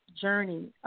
journey